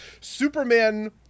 Superman